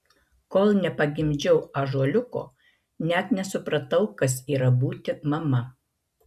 kol nepagimdžiau ąžuoliuko net nesupratau kas yra būti mama